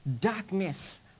darkness